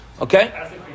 Okay